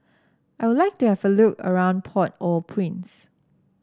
I would like to have a look around Port Au Prince